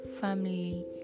family